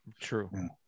true